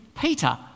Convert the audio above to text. Peter